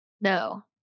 No